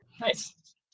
Nice